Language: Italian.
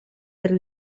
per